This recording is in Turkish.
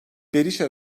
berişa